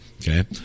Okay